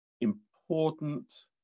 important